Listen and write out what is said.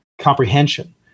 comprehension